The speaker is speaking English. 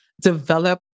develop